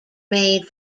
made